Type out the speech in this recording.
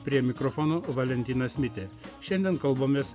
prie mikrofono valentinas mitė šiandien kalbamės